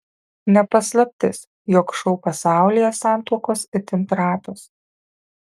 ne paslaptis jog šou pasaulyje santuokos itin trapios